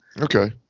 Okay